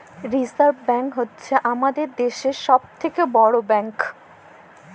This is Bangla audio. রিসার্ভ ব্ব্যাঙ্ক হ্য়চ্ছ হামাদের দ্যাশের সব থেক্যে বড় ব্যাঙ্ক